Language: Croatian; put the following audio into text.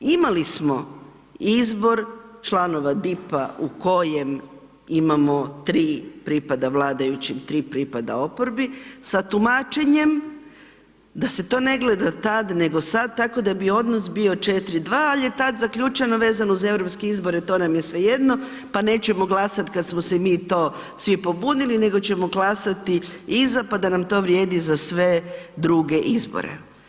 Imali smo izbor članova DIP-a u kojem imamo tri pripada vladajućim, tri pripada oporbi sa tumačenjem da se to ne gleda tad nego sad tako da bi odnos bio 4:2 ali je tad zaključeno vezano uz europske izbore, to nam je svejedno pa nećemo glasat kad smo se mi to svi pobunili nego ćemo glasati iza pa da nam to vrijedi za sve druge izbore.